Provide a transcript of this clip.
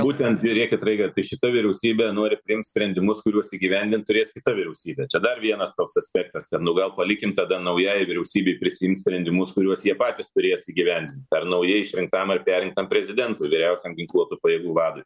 būtent žiūrėkit raigardai šita vyriausybė nori priimt sprendimus kuriuos įgyvendint turės kita vyriausybė čia dar vienas toks aspektas kad nu gal palikim tada naujai vyriausybei prisiimt sprendimus kuriuos jie patys turės įgyvendint ar naujai išrinktam ar perrinktam prezidentui vyriausiam ginkluotų pajėgų vadui